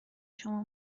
شما